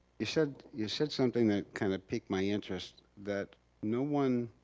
you said you said something that kinda piqued my interest, that no one,